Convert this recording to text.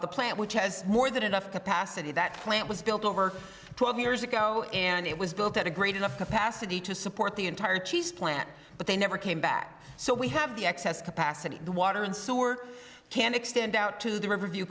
the plant which has more than enough capacity that plant was built over twelve years ago and it was built at a great enough capacity to support the entire cheese plant but they never came back so we have the excess capacity the water and sewer can extend out to the riverview